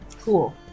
Cool